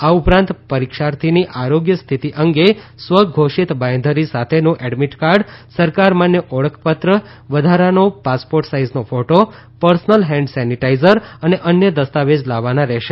આ ઉપરાંત પરિક્ષાર્થીની આરોગ્યની સ્થિતિ અંગે સ્વ ઘોષિત બાંયધરી સાથેનું એડમીટ કાર્ડ સરકાર માન્ય ઓળખપત્ર વધારાનો passport size photo personal hand sanitizer અને અન્ય દસ્તાવેજ લાવવાના રહેશે